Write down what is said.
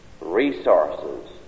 resources